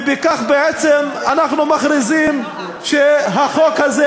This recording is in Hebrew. ובכך בעצם אנחנו מכריזים שהחוק הזה